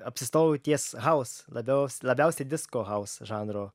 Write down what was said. apsistojau ties house labiaus labiausiai disco house žanro